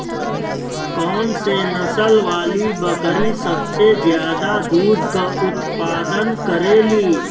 कौन से नसल वाली बकरी सबसे ज्यादा दूध क उतपादन करेली?